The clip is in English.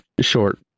short